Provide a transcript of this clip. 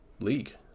league